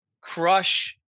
crush